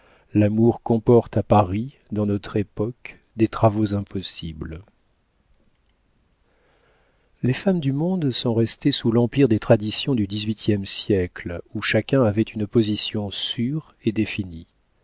l'amour comporte à paris dans notre époque des travaux impossibles les femmes du monde sont restées sous l'empire des traditions du dix-huitième siècle où chacun avait une position sûre et définie